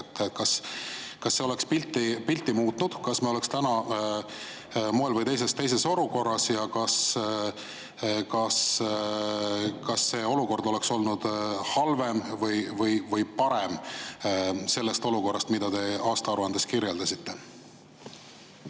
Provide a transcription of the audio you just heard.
Kas see oleks pilti muutnud, kas me oleks täna [ühel] moel või teisel teises olukorras? Ja kas see olukord oleks olnud halvem või parem sellest olukorrast, mida te aastaaruandes kirjeldasite?